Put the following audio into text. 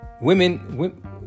women